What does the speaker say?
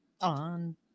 on